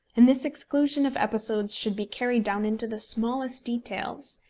and this exclusion of episodes should be carried down into the smallest details.